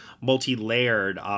multi-layered